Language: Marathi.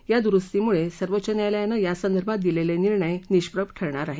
या दुरूस्तीमुळे सर्वोच्च न्यायालयानं यासंदर्भात दिलेले निर्णय निष्प्रभ ठरणार आहेत